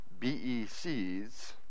BECs